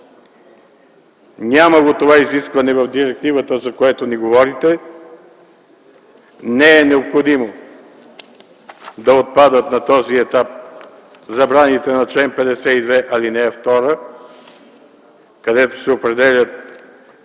Няма го това изискване в директивата, за което ни говорите. Не е необходимо да отпадат на този етап забраните на чл. 52, ал. 2, където се определят